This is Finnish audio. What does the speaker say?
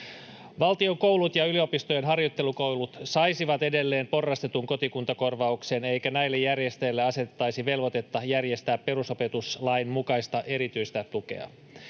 Valtion koulut ja yliopistojen harjoittelukoulut saisivat edelleen porrastetun kotikuntakorvauksen, eikä näille järjestäjille asetettaisi velvoitetta järjestää perusopetuslain mukaista erityistä tukea.